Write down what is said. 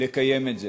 לקיים את זה.